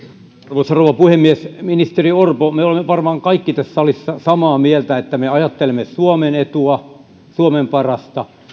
arvoisa rouva puhemies ministeri orpo me olemme varmaan kaikki tässä salissa samaa mieltä että me ajattelemme suomen etua suomen parasta